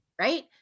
Right